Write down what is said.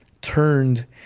turned